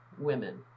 women